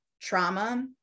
trauma